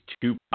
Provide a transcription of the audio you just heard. two